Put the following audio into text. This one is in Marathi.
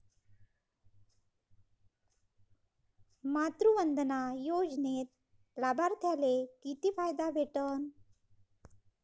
मातृवंदना योजनेत लाभार्थ्याले किती फायदा भेटन?